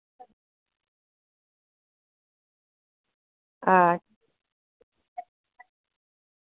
आं